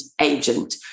agent